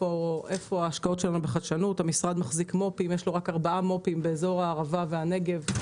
יש לנו רק ארבעה מו"פ בנגב ויש